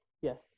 yes